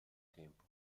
tempo